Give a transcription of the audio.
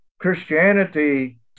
Christianity